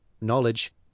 knowledge